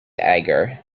agar